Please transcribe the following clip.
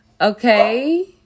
Okay